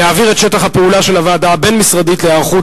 להעביר את שטח הפעולה של הוועדה הבין-משרדית להיערכות